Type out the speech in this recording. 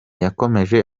yakomeje